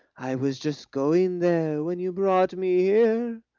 i was just going there, when you brought me here.